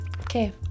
Okay